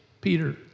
Peter